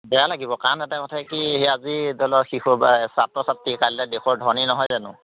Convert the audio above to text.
বেয়া লাগিব কাৰণ এটা কথা কি আজি শিশুৰ ছাত্ৰ ছাত্ৰী কাইলৈ দেশৰ ধনী নহয় জানো